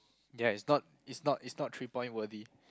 ya it's not it's not it's not three point worthy